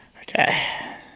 Okay